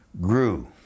grew